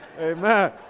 Amen